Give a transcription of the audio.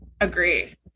agree